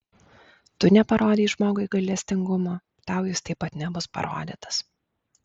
tu neparodei žmogui gailestingumo tau jis taip pat nebus parodytas